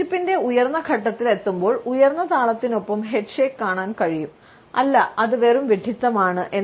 വിയോജിപ്പിന്റെ ഉയർന്ന ഘട്ടത്തിൽ എത്തുമ്പോൾ ഉയർന്ന താളത്തിനൊപ്പം ഹെഡ് ഷെയ്ക്ക് കാണാൻ കഴിയും "അല്ല അത് വെറും വിഡ്ഢിത്തമാണ്